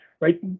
right